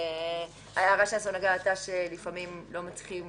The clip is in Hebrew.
ההערה של הסנגוריה הייתה שלפעמים לא מצליחים